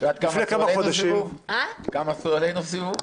את יודעת כמה עשו עלינו סיבוב?